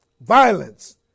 violence